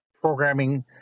programming